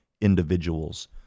individuals